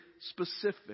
specific